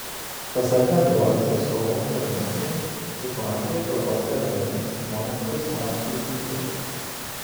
pasak bendrovės atstovų hurgadoje situacija kurorte rami žmonės poilsiauja kaip įprasta